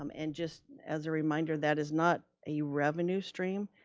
um and just as a reminder that is not a revenue stream.